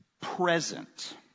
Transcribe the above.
present